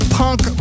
punk